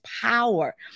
power